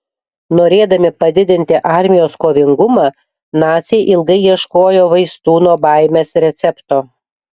norėdami padidinti armijos kovingumą naciai ilgai ieškojo vaistų nuo baimės recepto